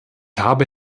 habe